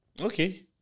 Okay